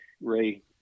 Ray